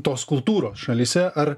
tos kultūros šalyse ar